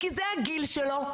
כי זה הגיל שלו.